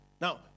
Now